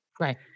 Right